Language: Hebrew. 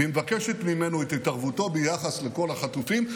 והיא מבקשת ממנו את התערבותו ביחס לכל החטופים,